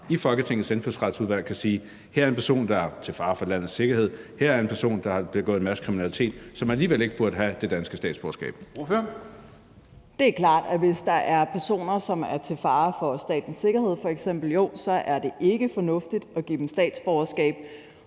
i Folketingets Indfødsretsudvalg kan sige, at her er en person, der er til fare for landets sikkerhed; her er en person, der har begået en masse kriminalitet, som alligevel ikke burde have det danske statsborgerskab? Kl. 18:00 Formanden (Henrik Dam Kristensen): Ordfører. Kl. 18:00 Eva Flyvholm (EL): Det er klart, at hvis der er personer, som er til fare for statens sikkerhed f.eks., så er det ikke fornuftigt at give dem statsborgerskab,